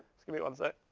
just give me one sec.